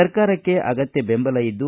ಸರ್ಕಾರಕ್ಷೆ ಅಗತ್ಯ ದೆಂಬಲ ಇದ್ದು